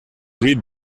read